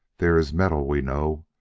there is metal, we know,